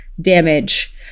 damage